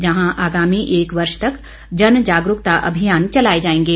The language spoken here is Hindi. जहां आगामी एक वर्ष तक जन जागरूकता अभियान चलाए जाएंगे